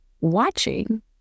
watching